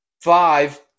five